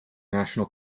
national